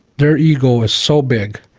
their ego is so big,